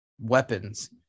weapons